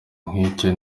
nk’icyo